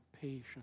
patience